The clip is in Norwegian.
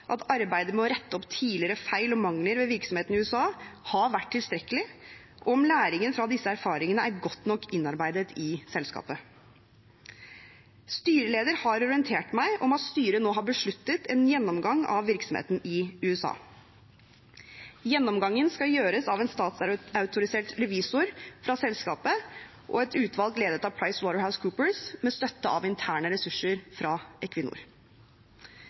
at arbeidet med å rette opp tidligere feil og mangler ved virksomheten i USA har vært tilstrekkelig, og om læringen fra disse erfaringene er godt nok innarbeidet i selskapet. Styreleder har orientert meg om at styret nå har besluttet en gjennomgang av virksomheten i USA. Gjennomgangen skal gjøres av en statsautorisert revisor fra selskapet og et utvalg ledet av PricewaterhouseCoopers, med støtte av interne ressurser fra Equinor.